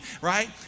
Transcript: right